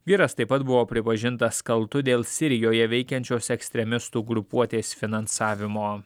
vyras taip pat buvo pripažintas kaltu dėl sirijoje veikiančios ekstremistų grupuotės finansavimo